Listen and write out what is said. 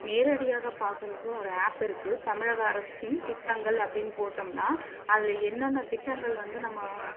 நேரடியாக பார்க்கறதுக்கும் ஒரு ஆப் இருக்குது தமிழக அரசின் திட்டங்கள் அப்படின்னு போட்டோம்னா அதில் என்னென்ன திட்டங்கள் வந்து நம்ம